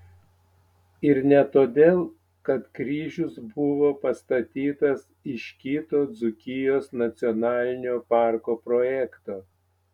ir ne todėl kad kryžius buvo pastatytas iš kito dzūkijos nacionalinio parko projekto